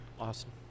Awesome